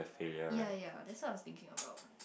ya ya that's what I was thinking about